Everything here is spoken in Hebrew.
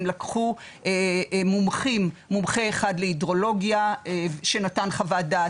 הם לקחו מומחים: מומחה אחד להידרולוגיה שנתן חוות דעת.